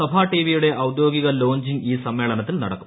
സഭാ ടിവിയുടെ ഔദ്യോഗിക ലോഞ്ചിങ് ഈ സമ്മേളനത്തിൽ നടക്കും